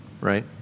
Right